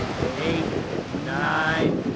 eight nine,